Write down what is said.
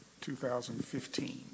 2015